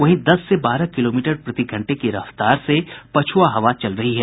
वहीं दस से बारह किलोमीटर प्रति घंटे की रफ्तार से पछुआ हवा चल रही है